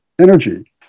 energy